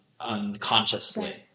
unconsciously